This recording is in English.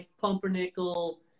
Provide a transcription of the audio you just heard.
pumpernickel